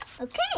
Okay